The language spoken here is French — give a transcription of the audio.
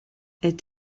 est